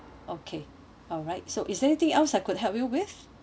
okay alright so is there anything else I could help you with